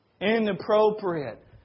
Inappropriate